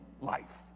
life